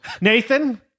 Nathan